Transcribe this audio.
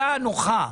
שאלה נוחה.